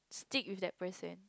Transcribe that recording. think with that person